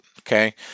Okay